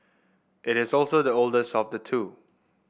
it is also the oldest of the two